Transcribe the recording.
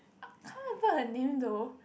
I can't remember her name though